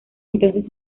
entonces